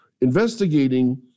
Investigating